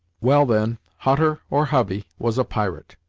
well, then, hutter, or hovey, was a pirate,